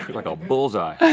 like a bullseye.